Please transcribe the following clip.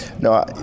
No